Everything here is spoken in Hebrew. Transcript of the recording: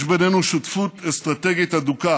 יש בינינו שותפות אסטרטגית הדוקה